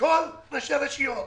ולכל ראשי הרשויות: